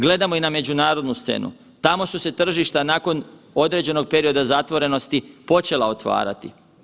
Gledamo i na međunarodnu scenu, tamo su se tržišta nakon određenog perioda zatvorenosti počela otvarati.